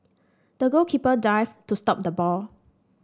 the goalkeeper dived to stop the ball